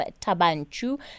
Tabanchu